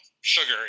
Sugar